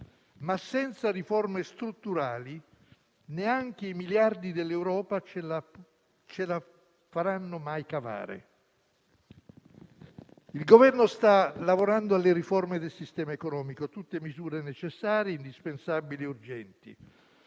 ma senza riforme strutturali neanche i miliardi dell'Europa ce la faranno mai cavare. Il Governo sta lavorando alle riforme del sistema economico, tutte misure necessarie, indispensabili e urgenti,